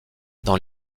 dans